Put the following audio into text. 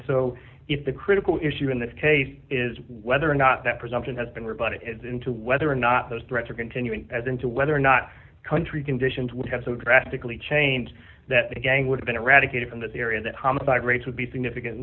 so if the critical issue in this case is whether or not that presumption has been rebutted is into whether or not those threats are continuing as into whether or not country conditions would have so drastically changed that the gang would have been eradicated from this area that homicide rates would be significantly